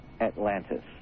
Atlantis